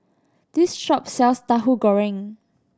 this shop sells Tahu Goreng